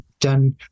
done